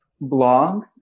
blog